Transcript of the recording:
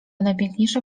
najpiękniejsza